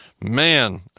Man